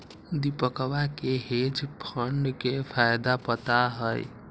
दीपकवा के hedge fund के फायदा पता हई